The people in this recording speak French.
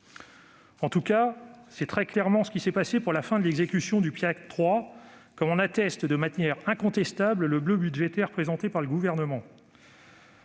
En tout cas, c'est très clairement ce qui s'est passé pour la fin de l'exécution du PIA 3, ainsi qu'en atteste de manière incontestable le « bleu » budgétaire présenté par le Gouvernement.